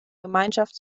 gemeinschaft